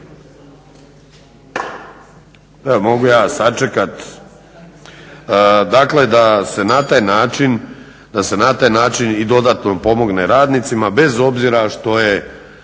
evo mogu ja sačekati, dakle, da se na taj način i dodatno pomogne radnicima bez obzira što je,